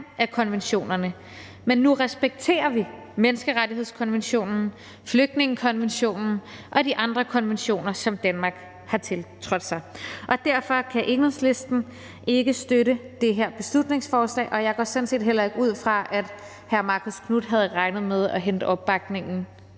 af konventionerne, men at vi nu respekterer menneskerettighedskonventionen, flygtningekonventionen og de andre konventioner, som Danmark har tiltrådt. Derfor kan Enhedslisten ikke støtte det her beslutningsforslag, og jeg går sådan set heller ikke ud fra, at hr. Marcus Knuth havde regnet med at hente opbakning